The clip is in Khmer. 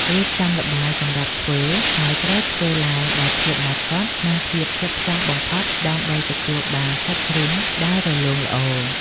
រៀបចំល្បាយសម្រាប់ធ្វើ ហើយត្រូវធ្វើឡើងដោយភាពអត់ធ្មត់ និងភាពផ្ចិតផ្ចង់បំផុតដើម្បីទទួលបានសាច់គ្រីមដែលរលោងល្អ។